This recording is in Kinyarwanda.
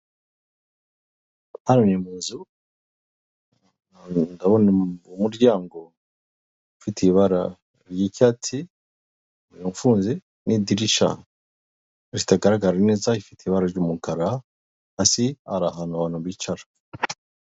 Hano ni mu nzu, ndabona umuryango ufite ibara ry'icyatsi, ufunze n'idirishya ritagaragara neza rifite ibara ry'umukara, hasi hari ahantu abantu bicara.